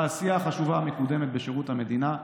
בעשייה החשובה המקודמת בשירות המדינה,